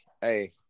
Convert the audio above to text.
Hey